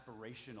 aspirational